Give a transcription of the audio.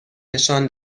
نشان